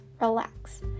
relax